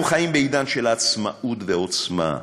אנחנו חיים בעידן של עצמאות ועוצמה,